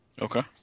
Okay